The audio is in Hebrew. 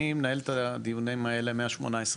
אני מנהל את הדיונים הזה מה- 18.1,